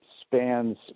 spans